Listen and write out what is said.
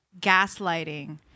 gaslighting